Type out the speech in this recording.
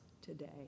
today